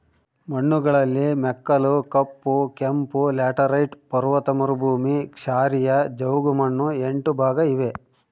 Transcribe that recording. ಮಣ್ಣುಗಳಲ್ಲಿ ಮೆಕ್ಕಲು, ಕಪ್ಪು, ಕೆಂಪು, ಲ್ಯಾಟರೈಟ್, ಪರ್ವತ ಮರುಭೂಮಿ, ಕ್ಷಾರೀಯ, ಜವುಗುಮಣ್ಣು ಎಂಟು ಭಾಗ ಇವೆ